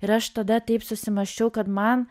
ir aš tada taip susimąsčiau kad man